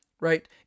right